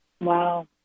Wow